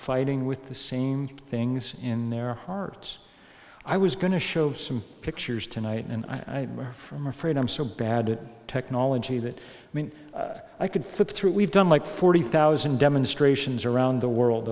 fighting with the same things in their hearts i was going to show some pictures tonight and i are from afraid i'm so bad at technology that i mean i could flip through we've done like forty thousand demonstrations around the world